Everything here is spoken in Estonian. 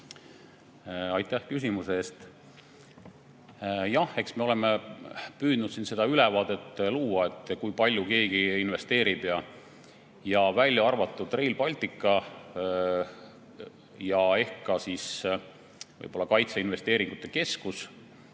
Aitäh küsimuse eest! Jah, eks me oleme püüdnud seda ülevaadet luua, kui palju keegi investeerib. Välja arvatud Rail Baltica ja ehk ka võib-olla kaitseinvesteeringute keskus,